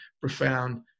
profound